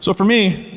so for me,